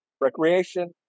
recreation